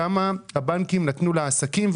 כמה הבנקים נתנו לעסקים?